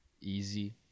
Easy